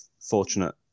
fortunate